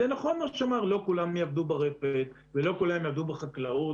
זה נכון מה שאמרו שלא כולם יעבדו ברפת ושלא כולם יעבדו בחקלאות,